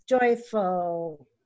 joyful